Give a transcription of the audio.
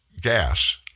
gas